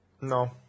No